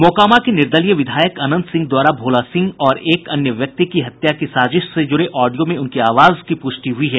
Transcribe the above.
मोकामा के निर्दलीय विधायक अनंत सिंह द्वारा भोला सिंह और एक अन्य व्यक्ति की हत्या की साजिश से जुड़े ऑडियो में उनकी आवाज की पुष्टि हुई है